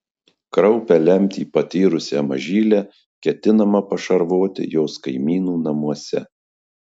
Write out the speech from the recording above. kraupią lemtį patyrusią mažylę ketinama pašarvoti jos kaimynų namuose